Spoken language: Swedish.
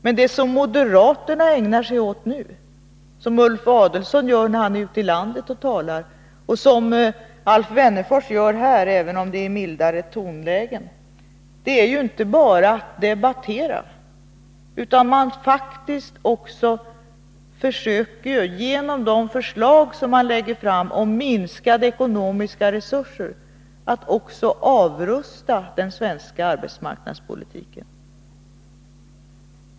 Men det som moderaterna ägnar sig åt nu, det som Ulf Adelsohn gör när han är ute i landet och talar och det som Alf Wennerfors gör här, även om det är i mildare tonlägen, är ju inte bara att debattera, utan man försöker faktiskt, genom de förslag man lägger fram om minskade ekonomiska resurser, att också avrusta den svenska arbetsmarknadspolitiken.